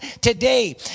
today